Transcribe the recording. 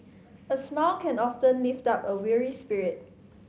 a smile can often lift up a weary spirit